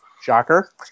shocker